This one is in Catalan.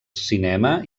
cinema